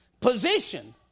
position